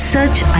Search